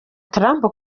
trump